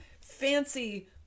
fancy